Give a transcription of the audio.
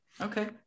Okay